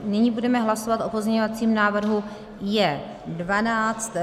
Nyní budeme hlasovat o pozměňovacím návrhu J12.